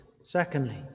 Secondly